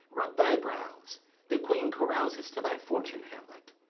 rub thy brows the queen carouses to thy fortune, hamlet.